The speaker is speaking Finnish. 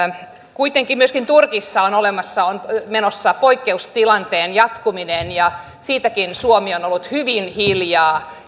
kuitenkin myöskin turkissa on menossa poikkeustilanteen jatkuminen ja siitäkin suomessa ja euroopassa on oltu hyvin hiljaa